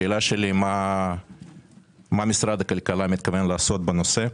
שאלתי, מה משרד הכלכלה מתכוון לעשות בנושא?